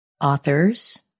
Authors